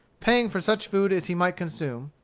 paying for such food as he might consume,